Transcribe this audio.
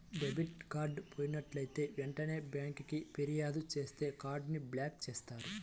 debit card పోయినట్లైతే వెంటనే బ్యేంకుకి ఫిర్యాదు చేత్తే కార్డ్ ని బ్లాక్ చేత్తారు